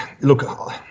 Look